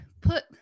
put